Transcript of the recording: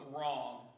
wrong